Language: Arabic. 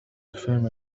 الفيلم